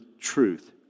truth